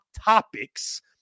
topics